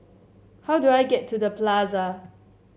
how do I get to The Plaza